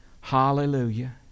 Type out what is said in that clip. Hallelujah